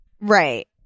right